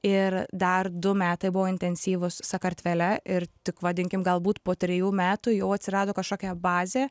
ir dar du metai buvo intensyvūs sakartvele ir tik vadinkim galbūt po trejų metų jau atsirado kažkokia bazė